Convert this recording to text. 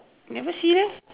never see leh